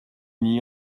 n’y